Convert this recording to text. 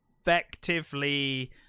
effectively